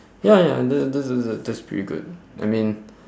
ya ya and that that's that's that's that's that's pretty good I mean